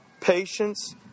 patience